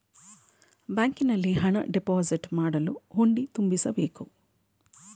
ಬ್ಯಾಂಕಿನಲ್ಲಿ ಹಣ ಡೆಪೋಸಿಟ್ ಮಾಡಲು ಹುಂಡಿ ತುಂಬಿಸಬೇಕು